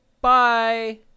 Bye